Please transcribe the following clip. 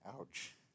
Ouch